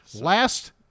Last